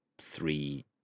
three